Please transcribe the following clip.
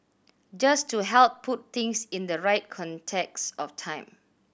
just to help put things in the right context of time